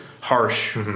harsh